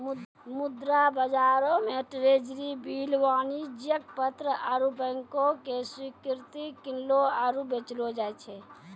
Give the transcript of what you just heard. मुद्रा बजारो मे ट्रेजरी बिल, वाणिज्यक पत्र आरु बैंको के स्वीकृति किनलो आरु बेचलो जाय छै